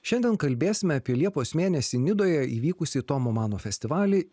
šiandien kalbėsime apie liepos mėnesį nidoje įvykusį tomo mano festivalį